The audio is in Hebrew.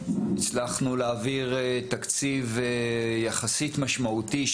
הצלחנו להעביר תקציב יחסית משמעותי,